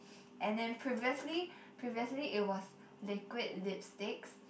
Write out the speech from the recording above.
and then previously previously it was liquid lip sticks